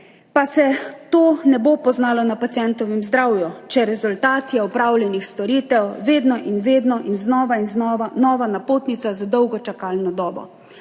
pa se to ne bo poznalo na pacientovem zdravju, če je rezultat opravljenih storitev vedno in vedno in znova in znova nova napotnica z dolgo čakalno dobo.